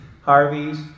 Harvey's